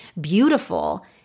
beautiful